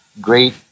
Great